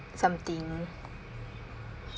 something